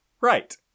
Right